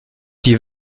die